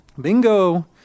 bingo